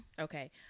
Okay